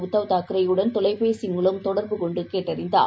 உத்தவ் தாக்கரேயுடன் தொலைபேசி மூலம் தொடர்பு கொண்டுபேசினார்